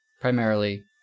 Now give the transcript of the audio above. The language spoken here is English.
primarily